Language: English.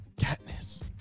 Katniss